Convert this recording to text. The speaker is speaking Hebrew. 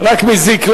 רק מזיק,